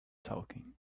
talking